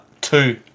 two